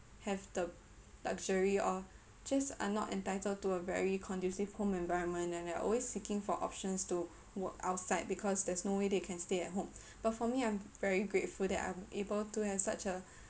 have the luxury of just are not entitled to a very conducive home environment and they're always seeking for options to work outside because there's no way they can stay at home but for me I am very grateful that I'm able to have such a